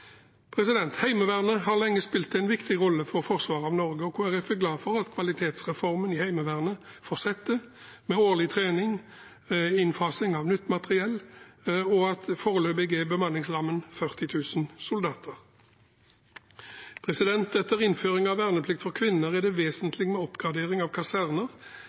Heimevernet har lenge spilt en viktig rolle for forsvaret av Norge, og Kristelig Folkeparti er glad for at kvalitetsreformen i Heimevernet fortsetter, med årlig trening og innfasing av nytt materiell, og at bemanningsrammen foreløpig er på 40 000 soldater. Etter innføringen av verneplikt for kvinner er det vesentlig med oppgradering av kaserner